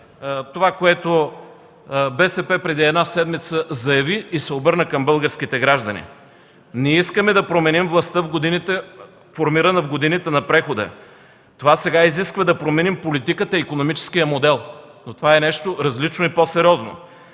това, което преди една седмица БСП заяви и се обърна към българските граждани. Ние искаме да променим властта, формирана в годините на прехода. Това сега изисква да променим и политиката, и икономическия модел. Това е нещо различно и по-сериозно.